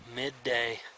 midday